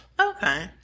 Okay